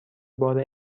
بار